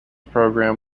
program